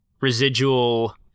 residual